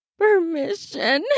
permission